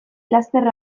laster